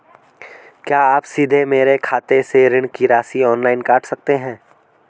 क्या आप सीधे मेरे खाते से ऋण की राशि ऑनलाइन काट सकते हैं?